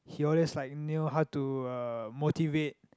he always like knew how to uh motivate